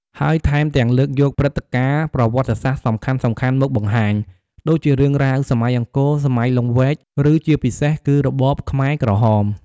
ហើយថែមទាំងលើកយកព្រឹត្តិការណ៍ប្រវត្តិសាស្ត្រសំខាន់ៗមកបង្ហាញ ដូចជារឿងរ៉ាវសម័យអង្គរ សម័យលង្វែក ឬជាពិសេសគឺរបបខ្មែរក្រហម ។